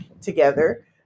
together